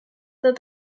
that